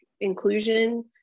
inclusion